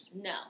no